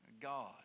God